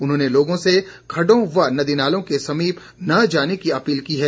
उन्होंने लोगों से खड्डों व नदी नालों के समीप न जाने की अपील की है